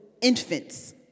infants